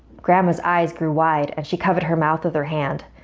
grandma's eyes grew wide and she covered her mouth with her hand.